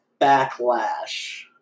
backlash